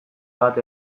bat